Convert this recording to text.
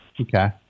Okay